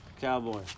cowboy